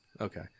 Okay